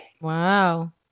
Wow